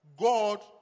God